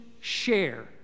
share